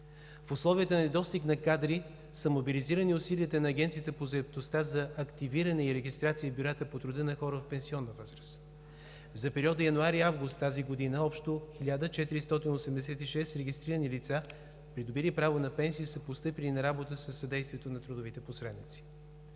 В условията на недостиг на кадри са мобилизирани усилията на Агенцията по заетостта за активиране и регистрация в бюрата по труда на хора в пенсионна възраст. За периода януари – август тази година общо 1486 регистрирани лица, придобили право на пенсия, са постъпили на работа със съдействието на трудовите посредници.